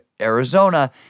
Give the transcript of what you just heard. Arizona